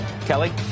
Kelly